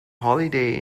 holiday